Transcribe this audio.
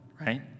right